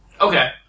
Okay